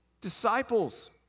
disciples